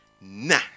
Nah